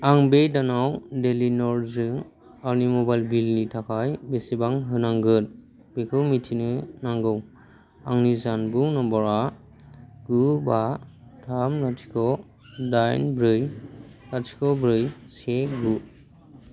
आं बे दानाव डेलिनरजों आंनि मबाइल बिलनि थाखाय बेसेबां होनांगोन बेखौ मिथिनो नांगौ आंनि जानबुं नम्बरआ गु बा थाम लाथिख' दाइन ब्रै लाथिख' ब्रै से गु